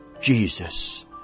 Jesus